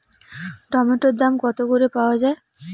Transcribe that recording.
টমেটোর দাম কত করে পাওয়া যায়?